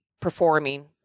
performing